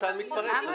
אתה מתפרץ.